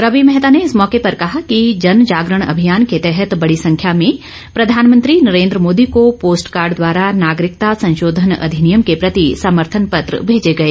रवि मैहता ने इस मौके पर कहा कि जन जागरण अभियान के तहत बड़ी संख्या में प्रधानमंत्री नरेन्द्र मोदी को पोस्ट कार्ड द्वारा नागरिकता संशोधन अधिनियम के प्रति समर्थन पत्र भेजे गए